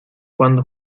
cuando